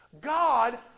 God